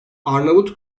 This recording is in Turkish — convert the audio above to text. arnavut